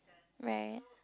right